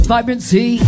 Vibrancy